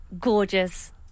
gorgeous